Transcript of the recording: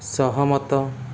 ସହମତ